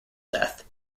death